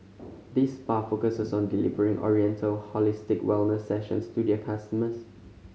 this spa focuses on delivering oriental holistic wellness sessions to their customers